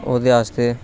ओहदे आस्तै